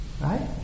right